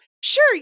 sure